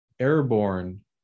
airborne